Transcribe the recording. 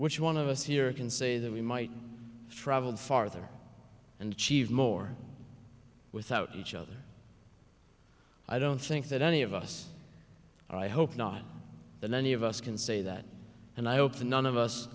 which one of us here can say that we might travel farther and cheve more without each other i don't think that any of us i hope not that many of us can say that and i hope that none of us